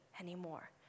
anymore